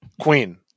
Queen